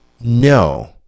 No